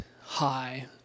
high